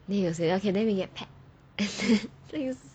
then you will say okay then we get pet and then